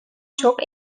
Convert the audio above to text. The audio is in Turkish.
çok